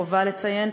וחובה לציין,